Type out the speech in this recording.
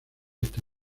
esta